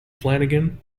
flanagan